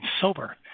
sober